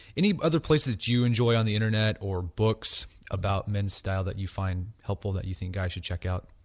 any other places that you enjoy on the internet or books about men's style that you find helpful, that you think guys should check out?